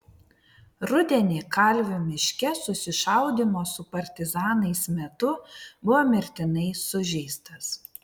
rudenį kalvių miške susišaudymo su partizanais metu buvo mirtinai sužeistas